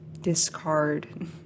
discard